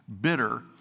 bitter